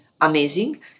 amazing